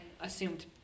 assumed